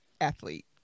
athlete